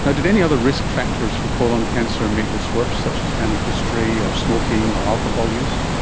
and did any other risk factors for colon cancer make this worse, such as family history or smoking or alcohol use?